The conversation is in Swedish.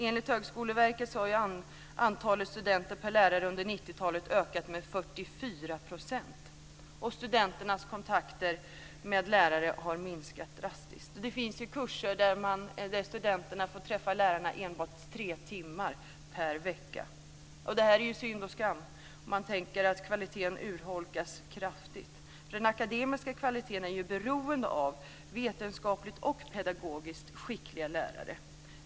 Enligt Högskoleverket har antalet studenter per lärare under 90-talet ökat med 44 %, och studenternas kontakter med lärare har minskat drastiskt. Det finns kurser där studenterna får träffa lärare enbart tre timmar per vecka. Det är ju synd och skam, eftersom kvaliteten urholkas kraftigt. Den akademiska kvaliteten är ju beroende av vetenskapligt och pedagogiskt skickliga lärare.